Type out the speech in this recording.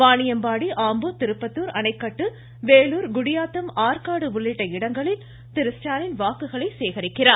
வாணியம்பாடி ஆம்பூர் திருப்பத்தூர் அணைக்கட்டு வேலூர் குடியாத்தம் ஆற்காடு உள்ளிட்ட இடங்களில் வாக்குகளை சேரிக்கிறார்